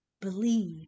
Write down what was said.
believe